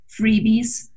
freebies